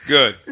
Good